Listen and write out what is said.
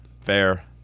fair